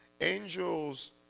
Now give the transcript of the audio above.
angels